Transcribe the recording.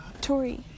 Tori